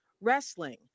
wrestling